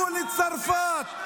מול צרפת,